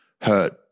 hurt